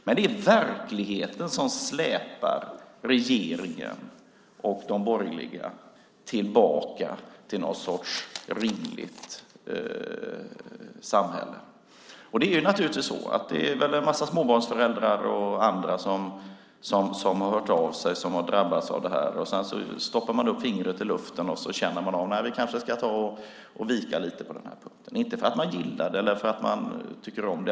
Men det är verkligheten som släpar regeringen och de borgerliga tillbaka till någon sorts rimligt samhälle. Det är naturligtvis en massa småbarnsföräldrar som har drabbats av det här som har hört av sig. Då sätter man upp fingret i luften och känner av om man kanske ska vika sig lite på den här punkten, inte för att man gillar det eller tycker om det.